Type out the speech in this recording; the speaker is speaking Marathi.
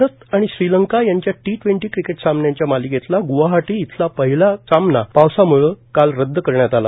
भारत आणि श्रीलंका यांच्यात टी ट्वेंटी क्रिकेट सामन्यांच्या मालिकेतला ग्वाहाटी इथला कालचा पहिला सामना पावसामुळे रदद करण्यात आला